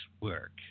work